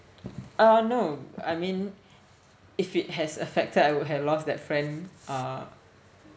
uh no I mean if it has affected I would have lost that friend uh